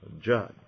judge